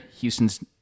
Houston's